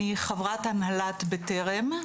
אני חברת הנהלת בטרם,